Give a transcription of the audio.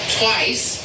twice